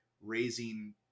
raising